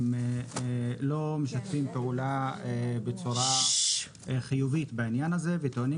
הם לא משתפים פעולה בצורה חיובית בעניין הזה וטוענים